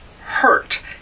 hurt